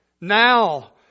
Now